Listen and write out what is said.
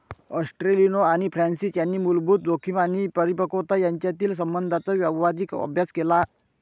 ॲस्टेलिनो आणि फ्रान्सिस यांनी मूलभूत जोखीम आणि परिपक्वता यांच्यातील संबंधांचा व्यावहारिक अभ्यास केला